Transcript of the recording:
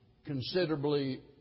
considerably